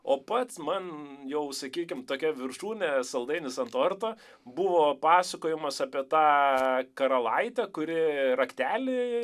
o pats man jau sakykim tokia viršūnė saldainis ant torto buvo pasakojimas apie tą karalaitę kuri raktelį